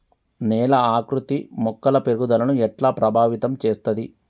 నేల ఆకృతి మొక్కల పెరుగుదలను ఎట్లా ప్రభావితం చేస్తది?